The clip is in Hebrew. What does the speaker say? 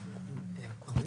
חוזרים?